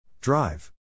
Drive